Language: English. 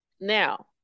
Now